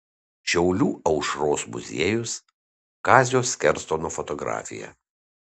šiaulių aušros muziejus kazio skerstono fotografija